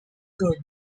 good